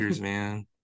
man